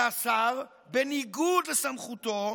ואסר, בניגוד לסמכותו,